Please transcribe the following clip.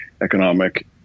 economic